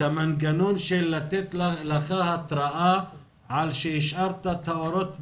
המנגנון של לתת לך התראה על שהשארת את האורות דלוקים,